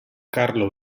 carlo